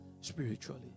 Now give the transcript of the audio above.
spiritually